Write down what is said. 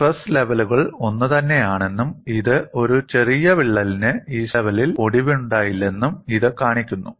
stress ലെവലുകൾ ഒന്നുതന്നെയാണെന്നും ഇത് ഒരു ചെറിയ വിള്ളലിന് ഈ സ്ട്രെസ് ലെവലിൽ ഒടിവുണ്ടായില്ലെന്നും ഇത് കാണിക്കുന്നു